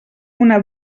una